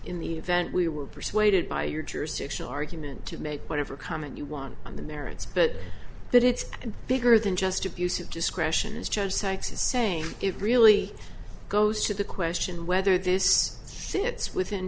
in the event we were persuaded by your jurisdictional argument to make whatever comment you want on the merits but that it's bigger than just abuse of discretion is just sex is saying it really goes to the question whether this sits within